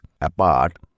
apart